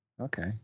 Okay